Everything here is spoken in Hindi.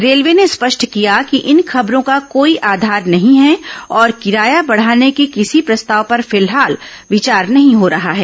रेलवे ने स्पष्ट किया कि इन खबरों का कोई आधार नहीं है और किराया बढ़ाने के किसी प्रस्ताव पर फिलहाल विचार नहीं हो रहा है